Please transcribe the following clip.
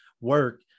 work